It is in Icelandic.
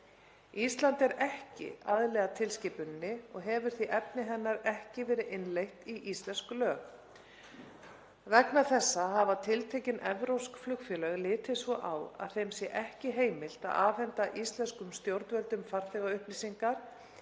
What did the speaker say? Ísland er ekki aðili að tilskipuninni og hefur því efni hennar ekki verið innleitt í íslensk lög. Vegna þessa hafa tiltekin evrópsk flugfélög litið svo á að þeim sé ekki heimilt að afhenda íslenskum stjórnvöldum farþegaupplýsingar